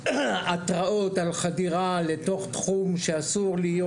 אם התראות על חדירה לתוך תחום שאסור להיות,